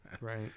Right